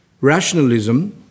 rationalism